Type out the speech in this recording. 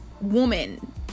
woman